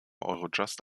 eurojust